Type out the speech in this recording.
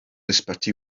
ysbyty